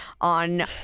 on